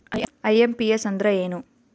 IMPS ಅಂದ್ರ ಏನು?